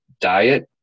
diet